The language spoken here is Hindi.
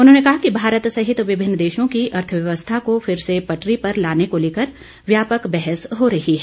उन्होंने कहा कि भारत सहित विभिन्न देशों की अर्थव्यवस्था को फिर से पटरी पर लाने को लेकर व्यापक बहस हो रही है